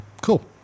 Cool